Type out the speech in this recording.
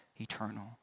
eternal